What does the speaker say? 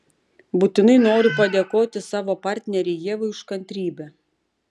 būtinai noriu padėkoti savo partnerei ievai už kantrybę